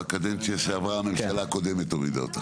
בקדנציה שעברה, הממשלה הקודמת הורידה אותה.